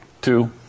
two